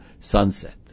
sunset